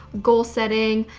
goal setting,